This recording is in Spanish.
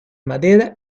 madera